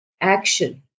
action